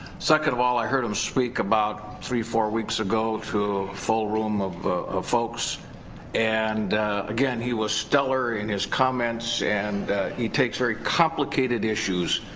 second of all i heard him speak about three or four weeks ago to a full room of folks and again he was stellar in his comments and he takes very complicated issues,